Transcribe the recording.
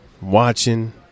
watching